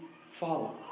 follow